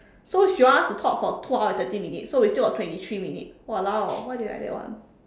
so she wants us to talk for two hours and thirty minutes so we still got twenty three minutes !walao! why they like that one